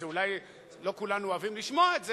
אולי לא כולנו אוהבים לשמוע את זה,